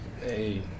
Hey